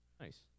nice